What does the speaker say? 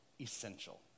essential